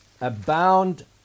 abound